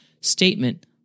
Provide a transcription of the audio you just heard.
statement